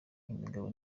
imigabo